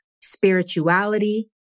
spirituality